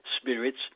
spirits